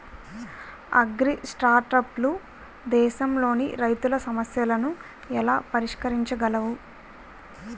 అగ్రిస్టార్టప్లు దేశంలోని రైతుల సమస్యలను ఎలా పరిష్కరించగలవు?